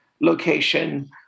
location